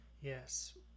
yes